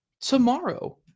tomorrow